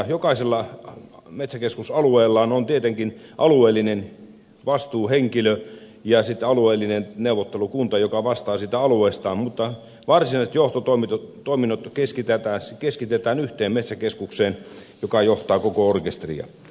jokaisella metsäkeskusalueella on tietenkin alueellinen vastuuhenkilö ja alueellinen neuvottelukunta joka vastaa siitä alueestaan mutta varsinaiset johtotoiminnot keskitetään yhteen metsäkeskukseen joka johtaa koko orkesteria